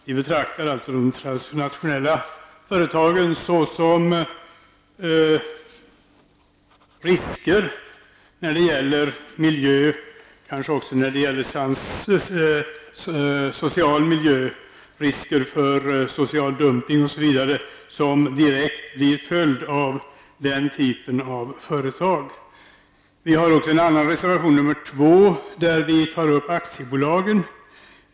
Vi betraktar de transnationella företagen som risker när det gäller miljön och kanske även när det gäller social miljö och risker för social dumping osv. Detta blir den direkta följden av den här typen av företag. Vi har även reservation nr 2, där vi tar upp aktiebolagen.